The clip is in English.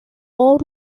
all